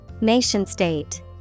Nation-state